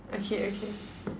okay okay